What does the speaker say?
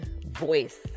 voice